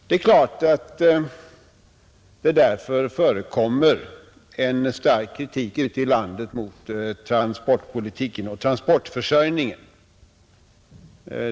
Det är klart att det därför förekommer en stark kritik ute i landet mot transportpolitiken och transportförsörjningen.